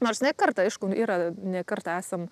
nors ne kartą aišku yra ne kartą esam